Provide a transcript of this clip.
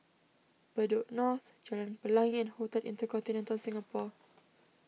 Bedok North Jalan Pelangi and Hotel Intercontinental Singapore